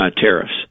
tariffs